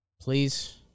Please